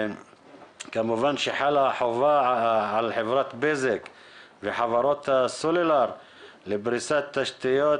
כמובן שחלה החובה על חברת בזק וחברות הסלולר לפריסת תשתיות